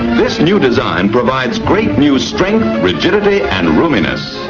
this new design provides great new strength, rigidity and roominess.